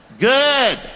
Good